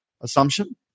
assumption